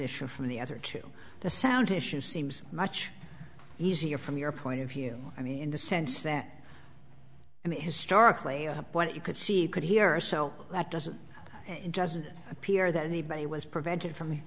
issue from the other two the sound issue seems much easier from your point of view and in the sense that i mean historically what you could see you could hear so that doesn't it doesn't appear that anybody was prevented from